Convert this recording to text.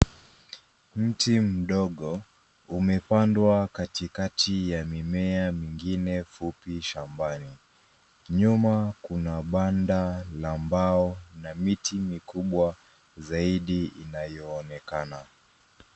Mti mdogo umependwa katikati ya mimea ingine fupi shambani. Nyuma kuna banda la mbao na miti mikubwa zaidi inayoonekana.